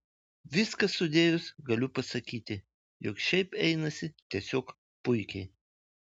viską sudėjus galiu pasakyti jog šiaip einasi tiesiog puikiai